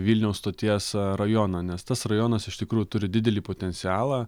vilniaus stoties rajoną nes tas rajonas iš tikrųjų turi didelį potencialą